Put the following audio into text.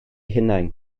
hunain